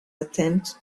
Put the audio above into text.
attempt